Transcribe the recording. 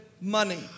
money